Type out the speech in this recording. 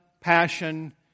passion